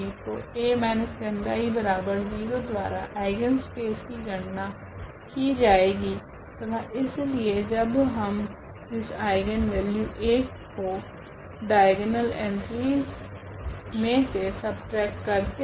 तो A 𝜆I0 द्वारा eigenspace की गणना कि जाएगी तथा इसलिए जब हम इस आइगनवेल्यू 1 को डाइगोनल एंट्रीस मे से सबट्रेक्ट करते है